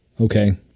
okay